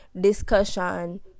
discussion